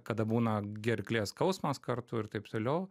kada būna gerklės skausmas kartu ir taip toliau